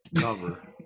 cover